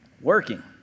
working